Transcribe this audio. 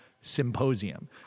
symposium